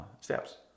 steps